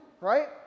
right